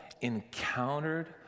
encountered